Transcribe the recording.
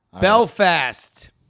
Belfast